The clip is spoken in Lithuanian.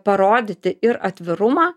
parodyti ir atvirumą